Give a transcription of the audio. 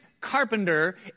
carpenter